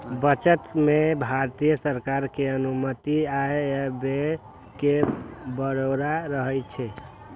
budget मे भारत सरकार के अनुमानित आय आ व्यय के ब्यौरा रहै छै